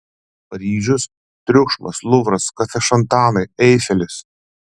paryžius triukšmas luvras kafešantanai eifelis